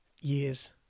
years